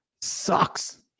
sucks